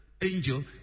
angel